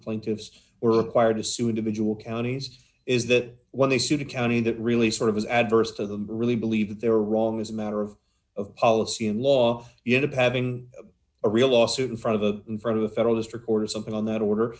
plaintiffs were required to sue individual counties is that when they sue the county that really sort of is adverse to them really believe that they're wrong as a matter of of policy and law you end up having a real lawsuit in front of a in front of a federal district or something on that order